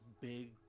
big